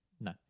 No